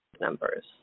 numbers